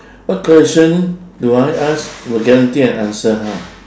what question will I ask to will guarantee an answer ha